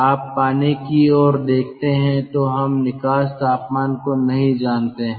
आप पानी की ओर देखते हैं तो हम निकास तापमान को नहीं जानते हैं